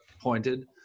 pointed